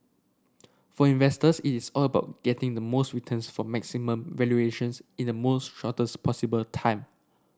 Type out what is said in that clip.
for investors it is all about getting the most returns from maximum valuations in the most shortest possible time